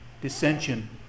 dissension